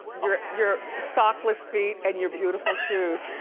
your your sockless feet and your beautiful shoes.